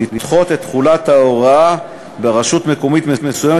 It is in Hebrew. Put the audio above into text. לדחות את תחולת ההוראה ברשות מקומית מסוימת